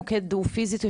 המוקד הוא פיזי?